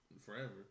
forever